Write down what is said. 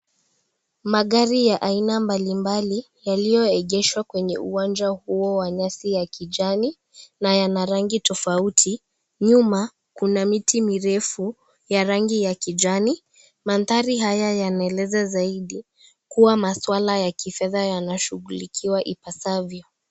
Magari ya aina mbali mbali yaliyoegeshwa kwenye uwanja huo wa nyasi ya kijani na yana rangi tofauti. Nyuma Kuna miti mirefu ya rangi ya kijani, mandhari haya yanaeleza zaidi kuwa maswala ya kifedha inashughulikiwa ipasavyo.